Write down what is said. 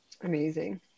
amazing